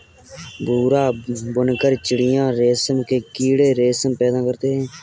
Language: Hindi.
भूरा बुनकर चीटियां रेशम के कीड़े रेशम पैदा करते हैं